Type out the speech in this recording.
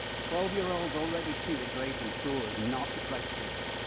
twelve-year-olds already see the grades in school is not the criteria.